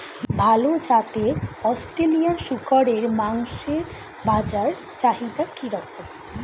ভাল জাতের অস্ট্রেলিয়ান শূকরের মাংসের বাজার চাহিদা কি রকম?